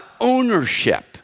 Ownership